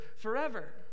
forever